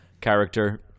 character